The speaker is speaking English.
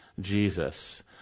Jesus